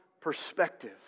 perspective